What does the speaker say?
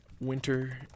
Winter